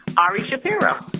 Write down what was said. ari shapiro.